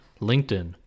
LinkedIn